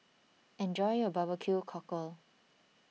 enjoy your BBQ Cockle